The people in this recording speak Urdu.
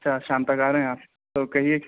اچھا شام تک آ رہے ہیں آپ تو کہیے